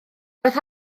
roedd